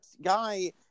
guy